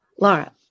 Laura